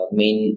main